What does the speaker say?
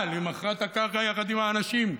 אבל היא מכרה את הקרקע יחד עם האנשים,